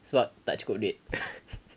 sebab tak cukup duit